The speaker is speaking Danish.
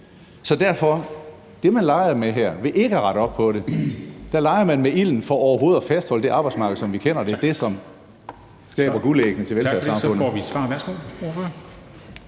Så det, man derfor gør her ved ikke at rette op på det, er, at man leger med ilden i forhold til overhovedet at fastholde det arbejdsmarked, som vi kender det, det, som skaber guldæggene til velfærdssamfundet.